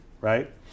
right